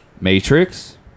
Matrix